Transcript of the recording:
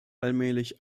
allmählich